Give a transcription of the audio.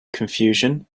confusion